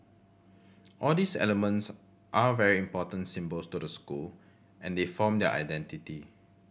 all these elements are very important symbols to the school and they form their identity